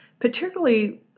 particularly